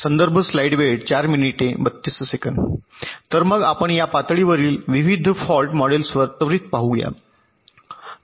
तर मग आपण या पातळीवरील विविध फॉल्ट मॉडेल्सवर त्वरीत पाहूया